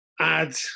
add